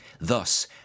Thus